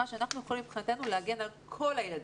מה שאנחנו יכולים מבחינתנו להגן על כל הילדים,